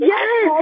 Yes